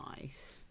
nice